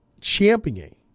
championing